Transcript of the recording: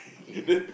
okay